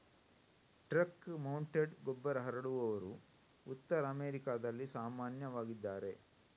truck mounted ಗೊಬ್ಬರ ಹರಡುವವರು ಉತ್ತರ ಅಮೆರಿಕಾದಲ್ಲಿ ಸಾಮಾನ್ಯವಾಗಿದ್ದಾರೆ